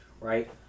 right